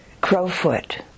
Crowfoot